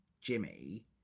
Jimmy